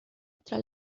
hasta